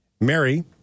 Mary